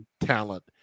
talent